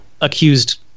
accused